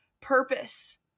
purpose